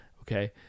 Okay